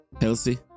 healthy